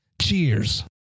Cheers